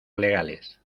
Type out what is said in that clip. legales